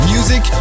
Music